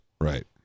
Right